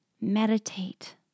Meditate